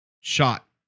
shot